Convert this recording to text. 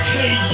Hey